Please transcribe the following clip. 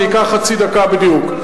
זה ייקח חצי דקה בדיוק.